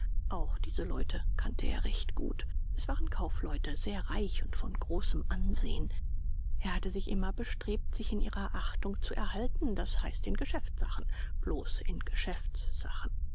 auch diese leute kannte er recht gut es waren kaufleute sehr reich und von großem ansehen er hatte sich immer bestrebt sich in ihrer achtung zu erhalten das heißt in geschäftssachen bloß in geschäftssachen